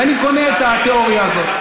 ואני קונה את התיאוריה הזאת.